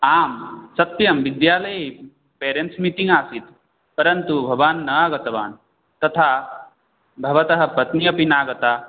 आं सत्यं विद्यालये पेरेण्ट्स् मीटिङ्ग् आसीत् परन्तु भवान् नागतवान् तथा भवतः पत्नी अपि नागता